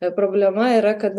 e problema yra kad